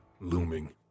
looming